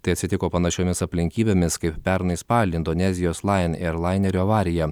tai atsitiko panašiomis aplinkybėmis kaip pernai spalį indonezijos lion air lainerio avarija